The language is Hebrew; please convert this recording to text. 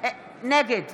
נגד